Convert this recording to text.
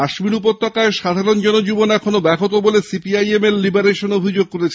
কাশ্মীর উপত্যকায় সাধারণ জনজীবন এখনও ব্যহত বলে সিপিআইএমএল লিবারেশন অভিযোগ করেছে